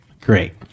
Great